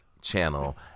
channel